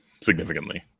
significantly